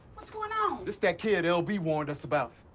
what's going on? it's that kid l b. warned us about.